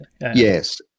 Yes